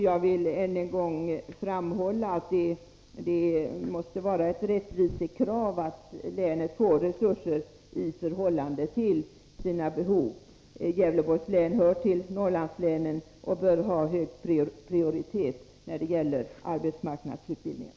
Jag vill än en gång framhålla att det måste vara ett rättvisekrav att länet får resurser i förhållande till sina behov. Gävleborgs län hör till Norrlandslänen och bör ha hög prioritet när det gäller arbetsmarknadsutbildningen.